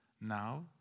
now